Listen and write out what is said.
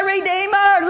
Redeemer